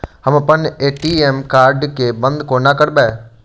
हम अप्पन ATM card केँ बंद कोना करेबै?